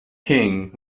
king